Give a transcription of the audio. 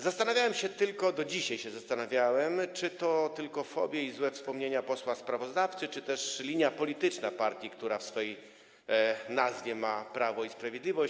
Zastanawiałem się tylko, do dzisiaj się zastanawiałem, czy to tylko fobie i złe wspomnienia posła sprawozdawcy, czy też linia polityczna partii, która w swej nazwie ma Prawo i Sprawiedliwość.